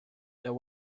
that